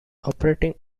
operating